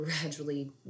gradually